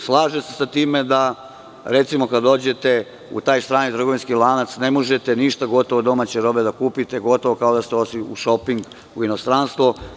Slažem se sa time da, recimo, kada dođete u taj strani trgovinski lanac ne možete gotovo ništa od domaće robe da kupite, gotovo kao da ste otišli u šoping u inostranstvo.